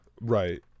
right